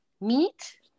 meat